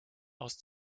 aus